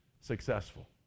successful